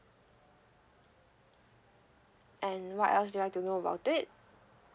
and what else do you want to know about it